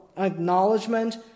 acknowledgement